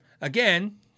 Again